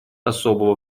особого